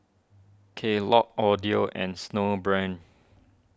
Kellogg's Audio and Snowbrand